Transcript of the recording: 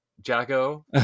Jacko